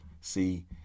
see